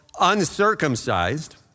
uncircumcised